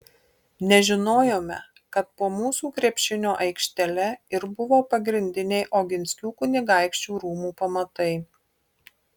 nežinojome kad po mūsų krepšinio aikštele ir buvo pagrindiniai oginskių kunigaikščių rūmų pamatai